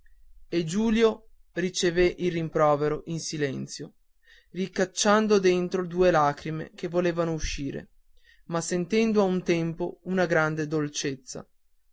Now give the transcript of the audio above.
e giulio ricevé il rimprovero in silenzio ricacciando dentro due lagrime che volevano uscire ma sentendo ad un tempo nel cuore una grande dolcezza